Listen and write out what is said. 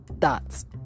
thoughts